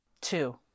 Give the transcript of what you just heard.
Two